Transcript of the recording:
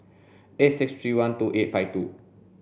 eight six three one two eight five two